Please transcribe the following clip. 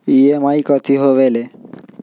EMI कथी होवेले?